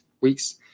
weeks